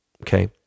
okay